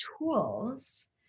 tools